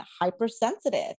hypersensitive